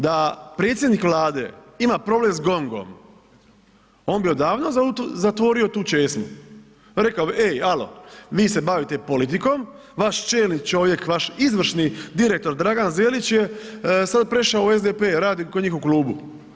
Da predsjednik Vlade ima problem s GONGOM on bi odavno zatvorio tu česmu, rekao bi, e, alo, vi se bavite politikom, vaš čelni čovjek, vaš izvršni direktor Dragan Zelić je sad prešao u SDP, radi kod njih u klubu.